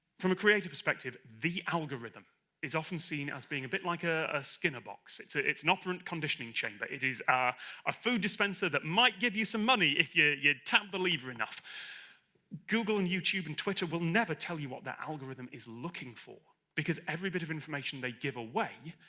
from a creative perspective, the algorithm is often seen as being a bit like a a skinner box it's an operant conditioning chamber. it is ah a food dispenser that might give you some money if you. you tapped believer enough google and youtube and twitter will never tell you what that algorithm is looking for because every bit of information they give away,